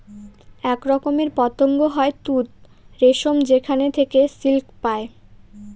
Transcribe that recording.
এক রকমের পতঙ্গ হয় তুত রেশম যেখানে থেকে সিল্ক পায়